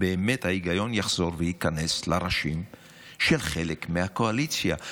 ההיגיון יחזור וייכנס לראשים של חלק מהקואליציה.